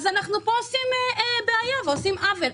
אנחנו עושים עוול.